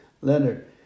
Leonard